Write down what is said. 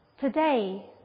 Today